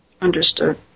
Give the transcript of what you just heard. Understood